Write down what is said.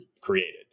created